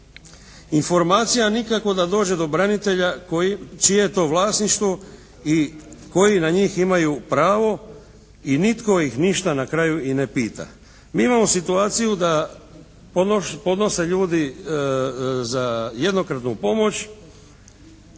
informacija nikako da dođe do branitelja čije je to vlasništvo i koji na njih imaju pravo i nitko ih ništa na kraju i ne pita. Mi imamo situaciju da podnose ljudi za jednokratnu pomoć,